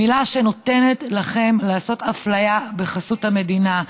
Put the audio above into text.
מילה שנותנת לכם לעשות אפליה בחסות המדינה.